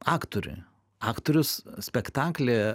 aktorė aktorius spektaklyje